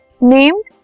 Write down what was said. named